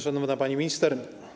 Szanowna Pani Minister!